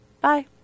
bye